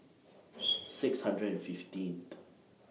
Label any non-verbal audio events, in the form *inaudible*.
*noise* six hundred and fifteenth